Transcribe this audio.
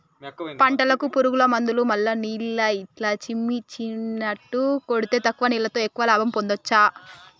పంటలకు పురుగుల మందులు మల్ల నీళ్లు ఇట్లా చిమ్మిచినట్టు కొడితే తక్కువ నీళ్లతో ఎక్కువ లాభం పొందొచ్చు